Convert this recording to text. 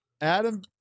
Adam